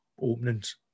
openings